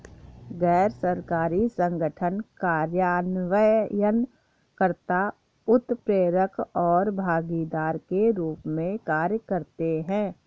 गैर सरकारी संगठन कार्यान्वयन कर्ता, उत्प्रेरक और भागीदार के रूप में कार्य करते हैं